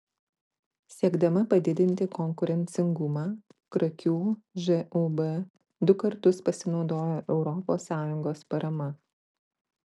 siekdama padidinti konkurencingumą krakių žūb du kartus pasinaudojo europos sąjungos parama